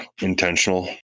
intentional